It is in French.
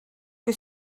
que